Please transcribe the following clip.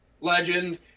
legend